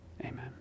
Amen